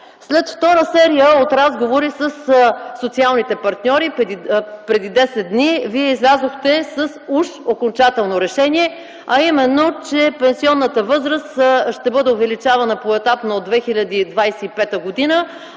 След втора серия от разговори със социалните партньори преди десет дни Вие излязохте с уж окончателно решение, а именно, че пенсионната възраст ще бъде увеличавана поетапно от 2025 г.,